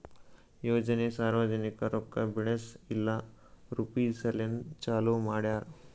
ಯೋಜನೆ ಸಾರ್ವಜನಿಕ ರೊಕ್ಕಾ ಬೆಳೆಸ್ ಇಲ್ಲಾ ರುಪೀಜ್ ಸಲೆಂದ್ ಚಾಲೂ ಮಾಡ್ಯಾರ್